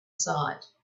side